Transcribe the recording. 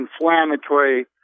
inflammatory